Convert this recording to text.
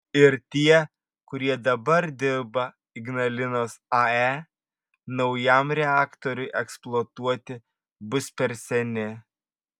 ir tie kurie dabar dirba ignalinos ae naujam reaktoriui eksploatuoti bus per seni